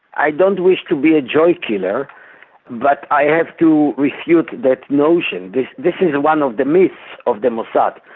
i don't wish to be a joy killer but i have to refute that notion. this this is one of the myths of the mossad.